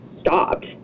stopped